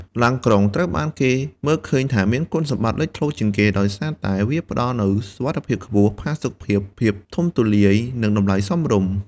ឡានក្រុងត្រូវបានគេមើលឃើញថាមានគុណសម្បត្តិលេចធ្លោជាងគេ ដោយសារតែវាផ្តល់នូវសុវត្ថិភាពខ្ពស់ ផាសុកភាព ភាពធំទូលាយ និងតម្លៃសមរម្យ។